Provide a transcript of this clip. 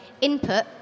input